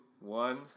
one